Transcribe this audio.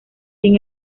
sin